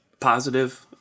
positive